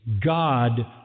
God